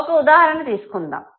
ఒక ఉదాహరణ తీసుకుందాం